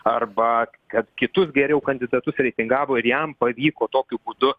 arba kad kitus geriau kandidatus reitingavo ir jam pavyko tokiu būdu